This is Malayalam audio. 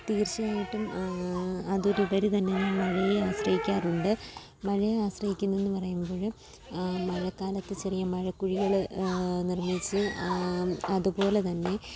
തീർച്ചയായിട്ടും അതിനുപരി തന്നെ ഞാൻ മഴയെ ആശ്രയിക്കാറുണ്ട് മഴയെ ആശ്രയിക്കുന്നെന്നു പറയുമ്പോൾ മഴക്കാലത്ത് ചെറിയ മഴ കുഴികൾ നിർമ്മിച്ച് അതുപോലെ തന്നെ